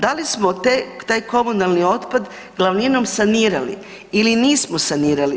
Da li smo taj komunalni otpad glavninom sanirali ili nismo sanirali?